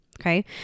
okay